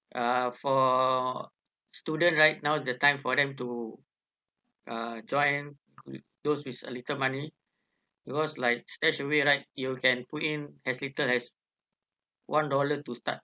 ah for student right now is the time for them to uh join those with a little money because like stashaway right you can put in as little as one dollar to start